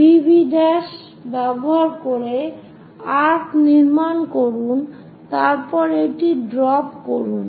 VV ব্যবহার করে arc নির্মাণ করুন তারপর এটি ড্রপ করুন